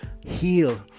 heal